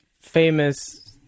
famous